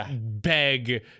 beg